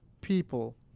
people